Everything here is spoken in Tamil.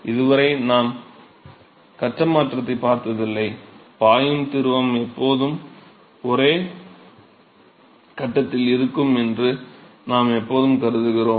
இதுவரை நாம் கட்ட மாற்றத்தைப் பார்த்ததில்லை பாயும் திரவம் எப்போதும் ஒரே கட்டத்தில் இருக்கும் என்று நாம் எப்போதும் கருதுகிறோம்